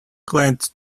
glance